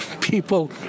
people